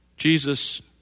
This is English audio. Jesus